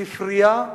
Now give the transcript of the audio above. ספרייה,